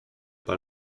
pas